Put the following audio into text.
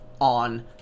on